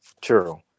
True